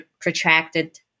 protracted